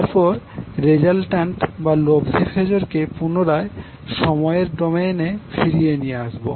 তারপর রেজাল্টট্যান্ট বা লব্ধি ফেজরকে পুনরায় সময় এর ডোমেইনে ফিরিয়ে নিয়ে আসবো